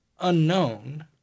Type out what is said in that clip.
unknown